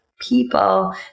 people